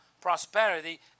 prosperity